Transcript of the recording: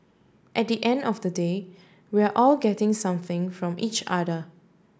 at the end of the day we're all getting something from each other